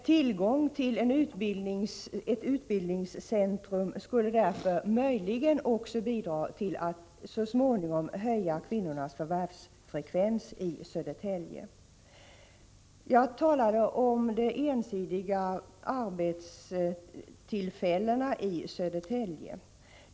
Tillgången till ett utbildningscentrum skulle därför möjligen också bidra till att så småningom höja kvinnornas förvärvsfrekvens i Södertälje. Jag talade om de ensidiga arbetstillfällena i Södertälje.